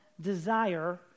desire